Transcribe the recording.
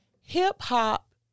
Hip-hop